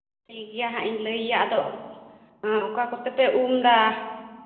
ᱴᱷᱤᱠᱜᱮᱭᱟ ᱦᱟᱸᱜ ᱤᱧ ᱞᱟᱹᱭᱟ ᱟᱫᱚ ᱚᱠᱟ ᱠᱚᱛᱮᱯᱮ ᱩᱢᱫᱟ ᱚ ᱚ ᱦᱮᱸ